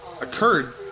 occurred